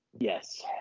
Yes